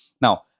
Now